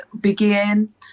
begin